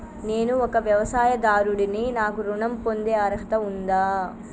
నేను ఒక వ్యవసాయదారుడిని నాకు ఋణం పొందే అర్హత ఉందా?